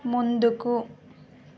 ముందుకు